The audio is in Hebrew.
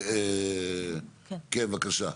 כן, בבקשה.